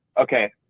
okay